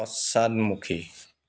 পশ্চাদমুখী